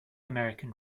american